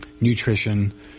nutrition